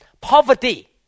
Poverty